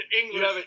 English